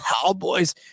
Cowboys